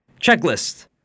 Checklist